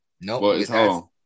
Nope